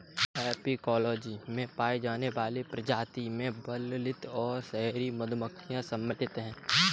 apicology में पाई जाने वाली प्रजातियों में बंबलबी और शहद मधुमक्खियां शामिल हैं